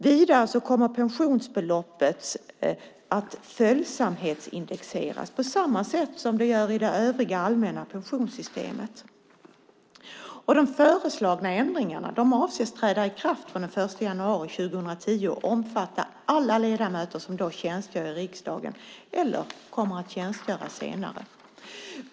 Vidare kommer pensionsbeloppet att följsamhetsindexeras på samma sätt som görs i det övriga allmänna pensionssystemet. De föreslagna ändringarna avses träda i kraft den 1 januari 2010 och omfatta alla ledamöter som då tjänstgör i riksdagen eller kommer att tjänstgöra senare.